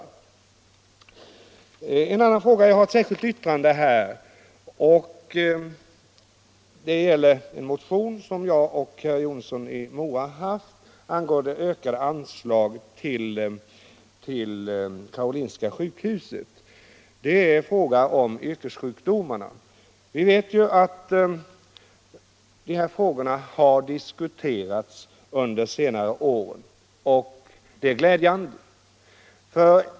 Jag har tillsammans med herr Romanus skrivit ett särskilt yttrande som berör en motion av herr Jonsson i Mora och mig angående ökade anslag till Karolinska sjukhuset. Det är här fråga om yrkessjukdomarna. Vi vet att dessa frågor har diskuterats under senare år, och det är glädjande.